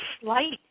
slight